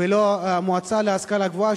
ולא המועצה להשכלה גבוהה,